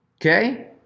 Okay